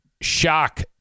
shock